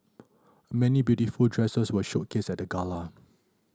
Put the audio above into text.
many beautiful dresses were showcased at the gala